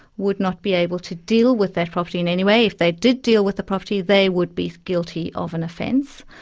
would not be able to deal with that property in any way, if they did deal with the property they would be guilty of an offence,